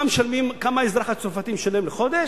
כמה האזרח הצרפתי משלם לחודש?